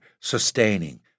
sustaining